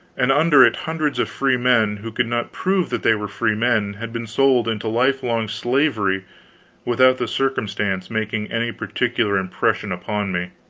and under it hundreds of freemen who could not prove that they were freemen had been sold into lifelong slavery without the circumstance making any particular impression upon me